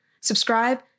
Subscribe